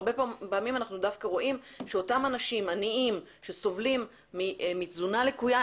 הרבה פעמים אנחנו דווקא רואים שאותם אנשים עניים שסובלים מתזונה לקויה,